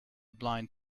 blind